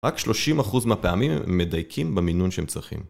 רק 30% מהפעמים הם מדייקים במינון שהם צריכים